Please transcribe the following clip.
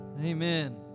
Amen